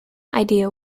idea